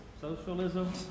socialism